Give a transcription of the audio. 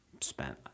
spent